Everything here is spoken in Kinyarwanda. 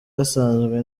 yasazwe